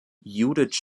judith